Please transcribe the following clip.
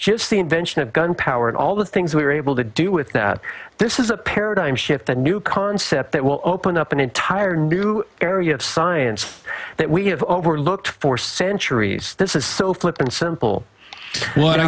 just the invention of gun power and all the things we were able to do with that this is a paradigm shift a new concept that will open up an entire new area of science that we have overlooked for centuries this is so flippin simple what